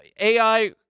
AI